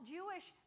Jewish